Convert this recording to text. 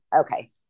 Okay